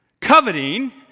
coveting